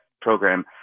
program